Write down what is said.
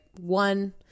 one